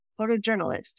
photojournalist